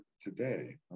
today